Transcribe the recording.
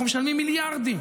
אנחנו משלמים מיליארדים,